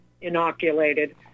inoculated